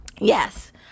yes